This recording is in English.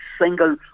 single